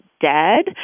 dead